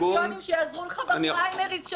שיעזרו לך בפריימריז הבאים שלך,